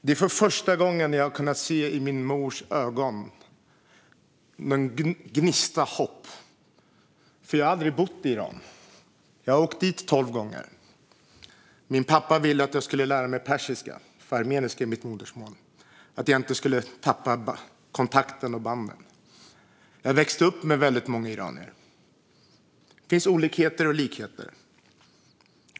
Det är första gången jag har kunnat se i min mors ögon en gnista av hopp. Herr talman! Jag har aldrig bott i Iran. Jag har åkt dit tolv gånger. Min pappa ville att jag skulle lära mig persiska - armeniska är mitt modersmål - för att jag inte skulle tappa kontakten och banden. Jag växte upp med väldigt många iranier. Det finns olikheter och likheter.